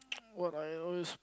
what I always